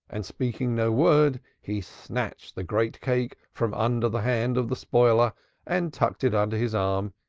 and speaking no word he snatched the great cake from under the hand of the spoiler and tucked it under his arm,